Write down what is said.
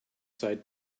side